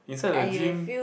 inside the gym